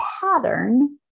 pattern